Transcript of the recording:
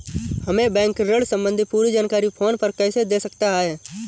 हमें बैंक ऋण संबंधी पूरी जानकारी फोन पर कैसे दे सकता है?